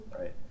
right